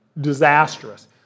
disastrous